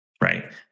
right